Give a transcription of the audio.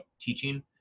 teaching